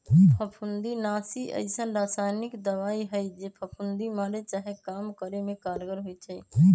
फफुन्दीनाशी अइसन्न रसायानिक दबाइ हइ जे फफुन्दी मारे चाहे कम करे में कारगर होइ छइ